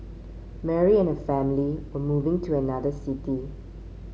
Mary and her family were moving to another city